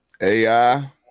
AI